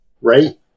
right